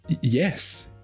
yes